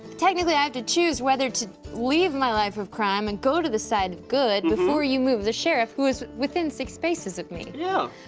technically i have to choose whether to leave my life of crime and go to the side of good before you move the sheriff who's within six spaces of me. yeah.